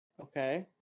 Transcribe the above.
Okay